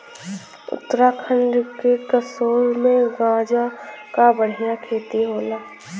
उत्तराखंड के कसोल में गांजा क बढ़िया खेती होला